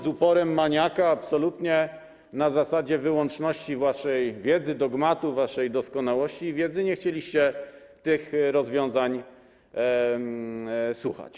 Z uporem maniaka, absolutnie, na zasadzie wyłączności waszej wiedzy, dogmatu waszej doskonałości i wiedzy nie chcieliście o tych rozwiązaniach słuchać.